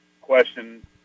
question